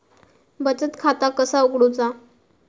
बचत खाता कसा उघडूचा?